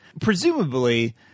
presumably